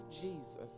jesus